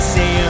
Say